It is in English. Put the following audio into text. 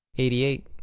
eighty eight.